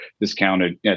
discounted